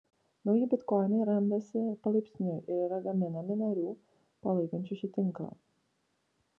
nauji bitkoinai randasi palaipsniui ir yra gaminami narių palaikančių šį tinklą